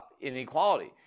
inequality